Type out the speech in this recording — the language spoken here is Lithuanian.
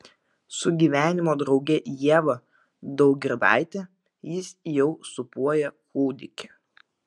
su gyvenimo drauge ieva daugirdaite jis jau sūpuoja kūdikį